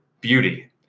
beauty